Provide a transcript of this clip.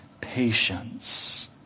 patience